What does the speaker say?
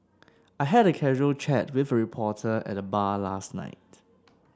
I had a casual chat with a reporter at the bar last night